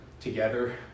together